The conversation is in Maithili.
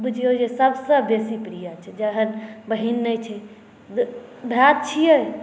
बुझियौ जे सबसँ बेसी प्रिय छै जहन बहीन नहि छै भाए छियै